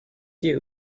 you